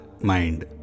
mind